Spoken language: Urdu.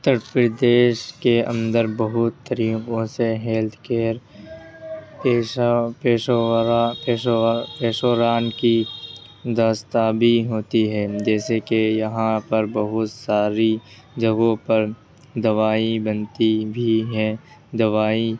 اتر پردیش کے اندر بہت طریقوں سے ہیلتھ کیئر پیشہ پیشو ورا پیشو ران کی داستابی ہوتی ہے جیسے کہ یہاں پر بہت ساری جگہوں پر دوائی بنتی بھی ہے دوائی